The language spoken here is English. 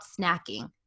snacking